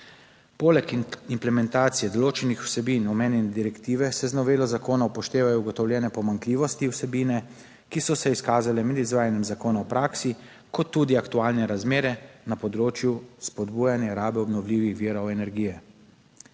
Poleg implementacije določenih vsebin omenjene direktive se z novelo zakona upoštevajo ugotovljene pomanjkljivosti vsebine, ki so se izkazale med izvajanjem zakona v praksi, kot tudi aktualne razmere na področju spodbujanja rabe obnovljivih virov energije.